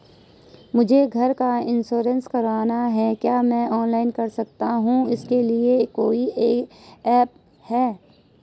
मुझे घर का इन्श्योरेंस करवाना है क्या मैं ऑनलाइन कर सकता हूँ इसके लिए कोई ऐप है?